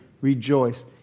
rejoice